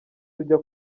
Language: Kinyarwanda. tujya